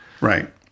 Right